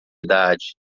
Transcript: idade